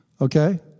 Okay